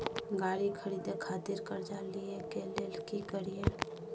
गाड़ी खरीदे खातिर कर्जा लिए के लेल की करिए?